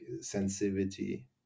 sensitivity